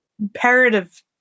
imperative